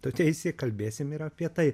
tu teisė kalbėsime ir apie tai